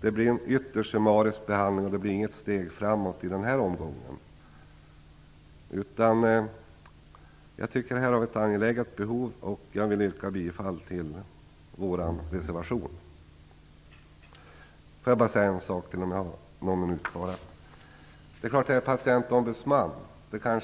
det blir en ytterst summarisk behandling och att det inte blir något steg framåt i den här omgången. Jag tycker att det här gäller ett angeläget behov, och jag vill yrka bifall till reservation nr 6. Jag vill, eftersom jag har någon minut kvar av taletiden, också ta upp ytterligare en fråga.